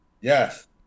Yes